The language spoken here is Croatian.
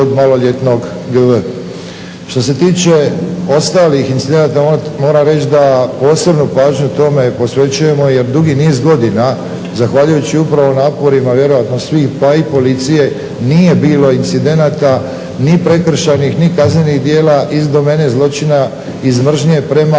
kod maloljetnog G.V. Što se tiče ostalih incidenata moram reći da posebnu pažnju tome posvećujemo jer dugi niz godina zahvaljujući upravo naporima vjerojatno svih, pa i policije nije bilo incidenata ni prekršajnih ni kaznenih djela iz domene zločina iz mržnje prema